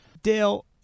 Dale